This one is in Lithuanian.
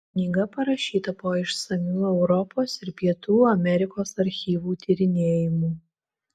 knyga parašyta po išsamių europos ir pietų amerikos archyvų tyrinėjimų